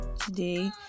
today